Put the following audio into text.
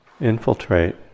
infiltrate